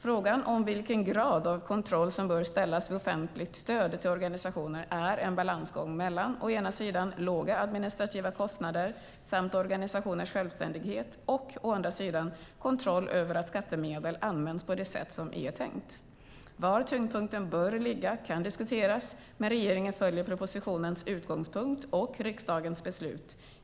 Frågan om vilken grad av kontroll som bör göras vid offentligt stöd till organisationer är en balansgång mellan å ena sidan låga administrativa kostnader samt organisationers självständighet och å andra sidan kontroll över att skattemedel används på det sätt som är tänkt. Var tyngdpunkten bör ligga kan diskuteras, men regeringen följer propositionens utgångspunkt och riksdagens beslut.